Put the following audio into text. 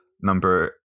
number